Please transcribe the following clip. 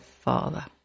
father